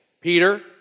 Peter